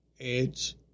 edge